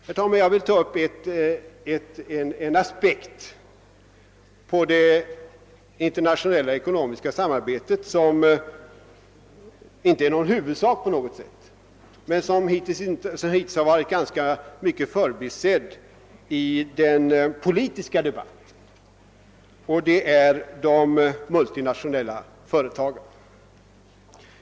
Jag vill, herr talman, ta upp en aspekt på det internationella ekonomiska samarbetet som visserligen inte är någon huvudsak men som hittills varit alltför förbisedd i den politiska debatten. Det gäller de multinationella företagen.